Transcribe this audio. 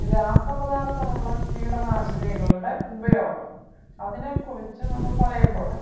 രാസപദാര്ത്ഥമുള്ള കീടനാശിനികളുടെ ഉപയോഗം അതിനെക്കുറിച്ച് നമ്മൾ പറയുമ്പോൾ